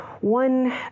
one